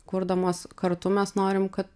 kurdamos kartu mes norim kad